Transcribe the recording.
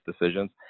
decisions